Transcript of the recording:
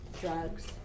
drugs